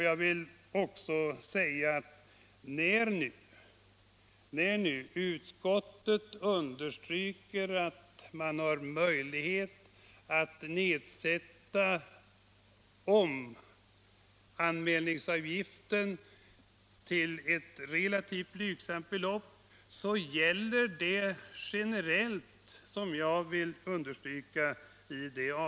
Jag vill också säga att när nu utskottet understryker att man har möjlighet att nedsätta omanmälningsavgiften till ett relativt blygsamt belopp, så gäller det generellt — vilket jag vill betona.